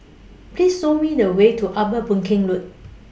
Please Show Me The Way to Upper Boon Keng Road